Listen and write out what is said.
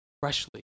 freshly